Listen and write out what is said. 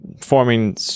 forming